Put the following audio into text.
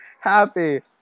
happy